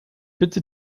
bitte